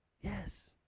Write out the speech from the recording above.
Yes